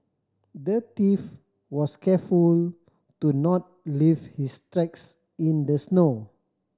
the thief was careful to not leave his tracks in the snow